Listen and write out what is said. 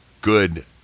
good